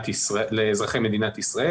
לאזרחי מדינת ישראל.